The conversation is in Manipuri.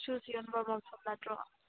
ꯁꯨꯁ ꯌꯣꯟꯕ ꯃꯐꯝ ꯅꯠꯇ꯭ꯔꯣ